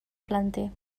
planter